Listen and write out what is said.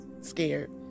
scared